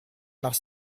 noch